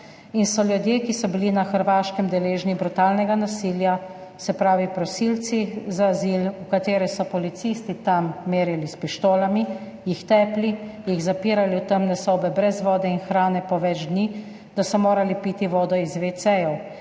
in so ljudje, ki so bili na Hrvaškem deležni brutalnega nasilja, se pravi prosilci za azil, v katere so policisti tam merili s pištolami, jih tepli, jih zapirali v temne sobe brez vode in hrane po več dni, da so morali piti vodo iz vecejev.